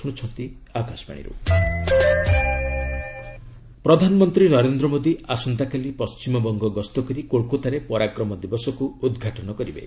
PM visit ପ୍ରଧାନମନ୍ତ୍ରୀ ନରେନ୍ଦ୍ର ମୋଦି ଆସନ୍ତାକାଲି ପଣ୍ଟିମବଙ୍ଗ ଗସ୍ତ କରି କୋଲ୍କାତାରେ 'ପରାକ୍ରମ ଦିବସ'କୁ ଉଦ୍ଘାଟନ କରିବେ